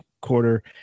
quarter